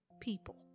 people